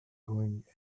going